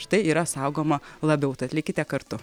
štai yra saugoma labiau tad likite kartu